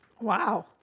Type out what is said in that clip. Wow